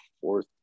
fourth